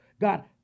God